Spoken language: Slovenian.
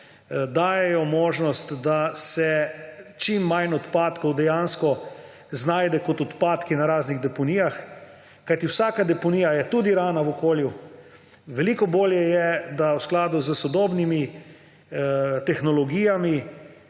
dajejo možnost, da se čim manj odpadkov dejansko znajde kot odpadki na raznih deponijah, kajti vsaka deponija je tudi rana v okolju. Veliko bolje je, da v skladu s sodobnimi tehnologijami